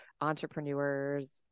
entrepreneurs